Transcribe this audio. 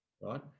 Right